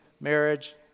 marriage